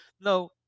Now